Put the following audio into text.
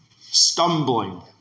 stumbling